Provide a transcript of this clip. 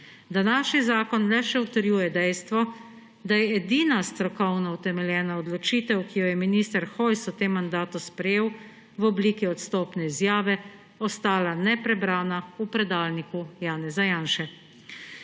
Današnji zakon le še utrjuje dejstvo, da je edina strokovno utemeljena odločitev, ki jo je minister Hojs v tem mandatu sprejel v obliki odstopne izjave, ostala neprebrana v predalniku Janeza Janše.